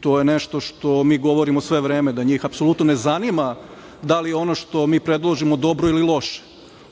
To je nešto što mi govorimo sve vreme, da njih apsolutno ne zanima da li je ono što mi predložimo dobro ili loše,